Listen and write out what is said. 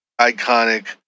iconic